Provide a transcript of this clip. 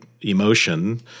emotion